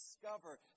discover